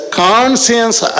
conscience